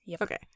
Okay